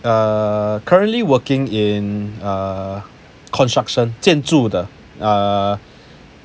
err currently working in construction 建筑的 err